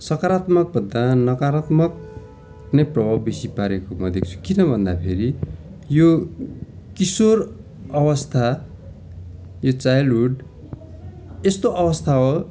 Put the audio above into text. सकरात्मक प्रदान नकरात्मक नै प्रभाव बेसी पारेको म देख्छु किन भन्दा फेरि यो किशोर अवस्था यो चाइल्डहुड यस्तो अवस्था हो